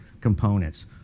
components